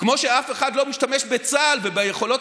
כמו שאף אחד לא משתמש בצה"ל וביכולות